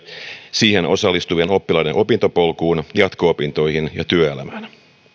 siihen osallistuvien oppilaiden opintopolkuun jatko opintoihin ja työelämään ruotsin